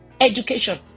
education